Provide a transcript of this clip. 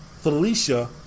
Felicia